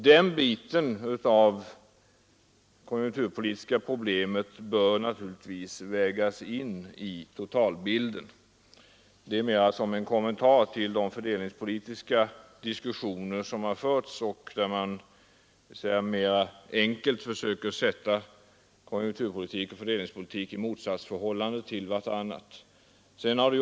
Den biten av det konjunkturpolitiska problemet bör naturligtvis föras in i totalbilden. Detta säger jag mera som en kommentar till de fördelningspolitiska diskussioner som har förts och där man mera enkelt försökt sätta konjunkturpolitiken och fördelningspolitiken i motsatsförhållande till varandra.